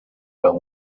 but